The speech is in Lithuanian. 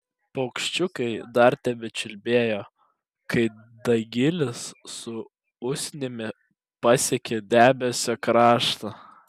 paukščiukai dar tebečiulbėjo kai dagilis su usnimi pasiekė debesio kraštą